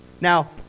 now